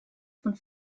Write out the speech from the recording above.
von